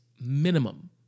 minimum